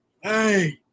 hey